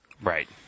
Right